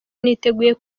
niteguye